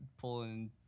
pulling